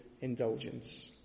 indulgence